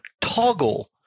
toggle